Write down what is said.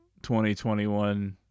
2021